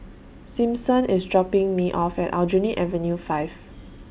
Simpson IS dropping Me off At Aljunied Avenue five